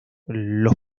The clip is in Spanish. los